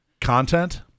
Content